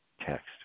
text